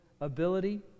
ability